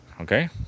okay